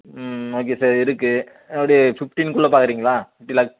ம் okay sir இருக்குது எப்படி ஃபிஃப்ட்டினுக்குள்ள பார்க்குறீங்களா ஃபிஃப்ட்டி லேக்ஸ்